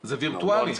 זה וירטואלי.